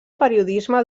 periodisme